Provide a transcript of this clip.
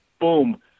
boom